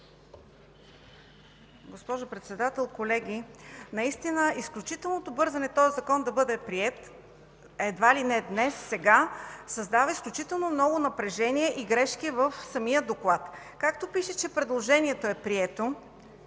Госпожо Председател, колеги! Наистина изключителното бързане този закон да бъде приет, едва ли не днес, сега, създаде изключително много напрежение и грешки в самия доклад. Както пише, че предложението е прието